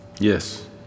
Yes